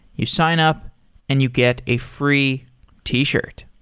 you sign up and you get a free t-shirt.